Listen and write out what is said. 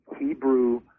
Hebrew